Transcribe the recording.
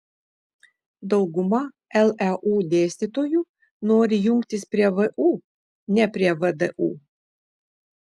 dauguma leu dėstytojų nori jungtis prie vu ne prie vdu